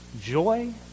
joy